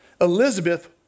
Elizabeth